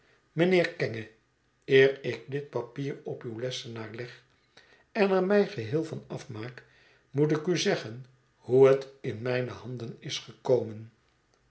mijnheer kenge eer ik dit papier op uw lessenaar leg en er mij geheel van afmaak moet ik u zeggen hoe het in mijne handen is gekomen